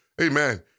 Amen